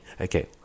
okay